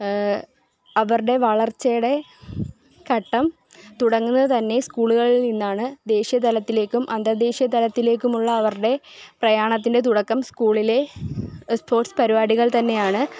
അവരുടെ വളർച്ചയുടെ ഘട്ടം തുടങ്ങുന്നത് തന്നെ സ്കൂളുകളിൽ നിന്നാണ് ദേശീയ തലത്തിലേക്കും അന്തർ ദേശീയ തലത്തിലേക്കുമുള്ള അവരുടെ പ്രയാണത്തിൻ്റെ തുടക്കം സ്കൂളിലെ സ്പോർട്സ് പരിപാടികൾ തന്നെയാണ്